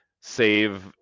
save